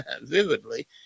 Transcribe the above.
vividly